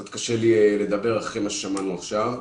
קצת קשה לי לדבר אחרי שמה ששמענו עכשיו.